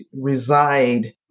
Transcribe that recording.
reside